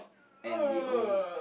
and the own